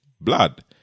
blood